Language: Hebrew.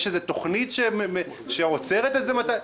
יש איזו תוכנית שעוצרת את זה מתישהו?